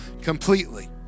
Completely